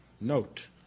note